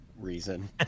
reason